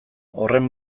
horren